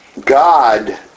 God